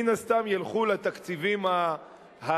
מן הסתם ילכו לתקציבים הגדולים.